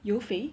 you fei